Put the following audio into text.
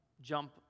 jump